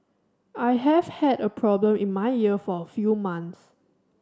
I have had a problem in my ear for a few months